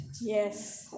Yes